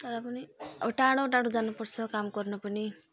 तर पनि अब टाढो टाढो जानुपर्छ काम गर्नु पनि